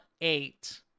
eight